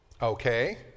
Okay